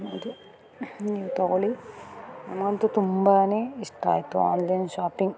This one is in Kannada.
ಹೌದು ನೀವು ತಗೋಳಿ ನಮ್ಗಂತೂ ತುಂಬಾ ಇಷ್ಟ ಆಯಿತು ಆನ್ಲೈನ್ ಶಾಪಿಂಗ್